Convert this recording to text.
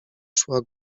szła